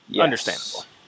understandable